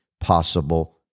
possible